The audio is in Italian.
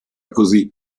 così